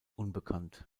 unbekannt